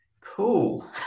cool